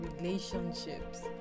relationships